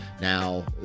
Now